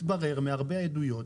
מתברר, מהרבה עדויות,